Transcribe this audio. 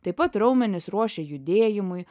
taip pat raumenis ruošia judėjimui